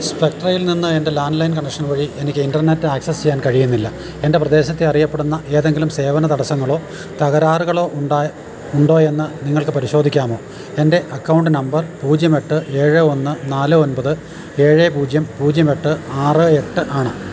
സ്പെക്ട്രയിൽ നിന്ന് എന്റെ landline connection വഴി എനിക്ക് ഇന്റർനെറ്റ് ആക്സസ് ചെയ്യാൻ കഴിയുന്നില്ല എന്റെ പ്രദേശത്ത് അറിയപ്പെടുന്ന ഏതെങ്കിലും സേവനതടസ്സങ്ങളോ തകരാറുകളോ ഉണ്ടോയെന്ന് നിങ്ങൾക്ക് പരിശോധിക്കാമോ എന്റെ അക്കൗണ്ട് നമ്പർ പൂജ്യം എട്ട് ഏഴ് ഒന്ന് നാല് ഒൻപത് ഏഴ് പൂജ്യം പൂജ്യം എട്ട് ആറ് എട്ട് ആണ്